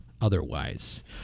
otherwise